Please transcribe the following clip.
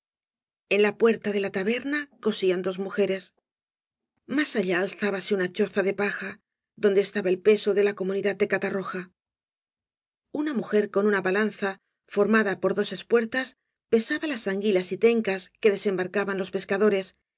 en la puerta de la taberna cosían dos mujeres más allá alzábase una choza de paja donde estaba el peso de la comunidad de catarroja una mujer con una baladza formada por dos espuertas pesaba las anguilas y tencas que desembarcaban los pescadores